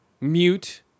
Mute